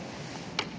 Hvala.